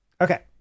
Okay